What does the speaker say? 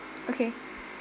okay